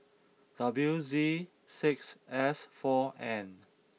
W Z six S four N